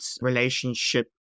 relationship